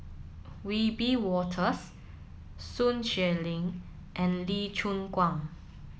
Wiebe Wolters Sun Xueling and Lee Choon Guan